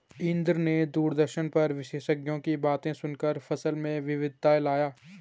इंद्र ने दूरदर्शन पर विशेषज्ञों की बातें सुनकर फसल में विविधता लाया